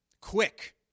Quick